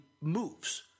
moves